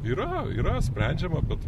yra yra sprendžiama bet